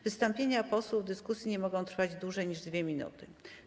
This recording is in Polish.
Wystąpienia posłów w dyskusji nie mogą trwać dłużej niż 2 minuty.